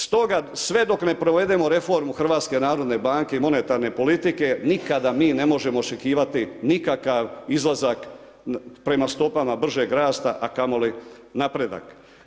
Stoga, sve dok ne provedemo reformu HNB i monetarne politike, nikada mi ne možemo očekivati, nikakav izlazak prema stopama bržeg rasta, a kamo li napredak.